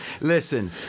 Listen